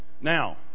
Now